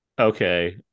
Okay